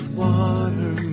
water